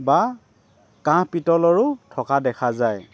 বা কাঁহ পিতলৰো থকা দেখা যায়